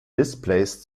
displays